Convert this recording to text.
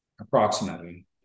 approximately